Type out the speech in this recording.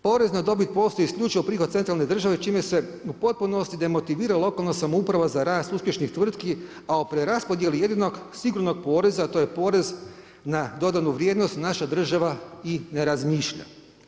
Porez na dobit postaje isključivo prihod centralne države čime se u potpunosti demotivira lokalna samouprava za rast uspješnih tvrtki, a o preraspodjeli jedinog sigurnog poreza to je porez na dodanu vrijednost naša država i ne razmišlja.